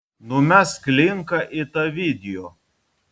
numesk linką į tą video